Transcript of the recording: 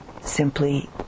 simply